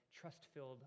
trust-filled